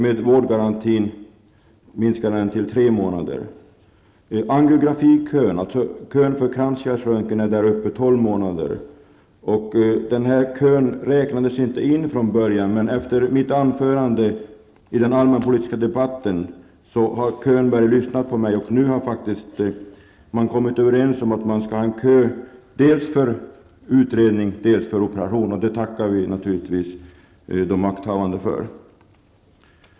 Angiografikön, alltså kön till kranskärlsröntgen, är där 12 månader. Den kön räknades från början inte in, men efter mitt anförande i den allmänpolitiska debatten har man börjat lyssna på mig, och nu har man faktiskt kommit överens om att ha en kö dels för utredning, dels för operation, och det tackar vi naturligtvis de makthavande för.